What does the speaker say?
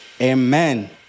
Amen